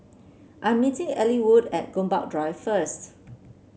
I am meeting Ellwood at Gombak Drive first